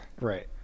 Right